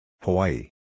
Hawaii